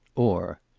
or